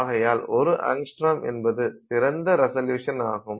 ஆகையால் 1 ஆங்ஸ்ட்ராம்ஸ் என்பது சிறந்த ரிசல்யுசன் ஆகும்